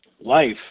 life